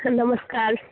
sir नमस्कार